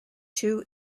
two